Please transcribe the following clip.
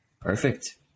Perfect